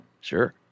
sure